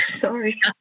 Sorry